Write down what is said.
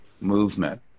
movement